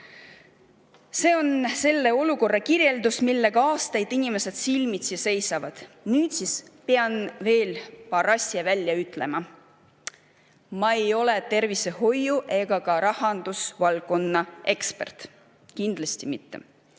See on selle olukorra kirjeldus, millega inimesed on aastaid silmitsi seisnud. Nüüd pean veel paar asja välja ütlema. Ma ei ole tervishoiu- ega ka rahandusvaldkonna ekspert, kindlasti mitte.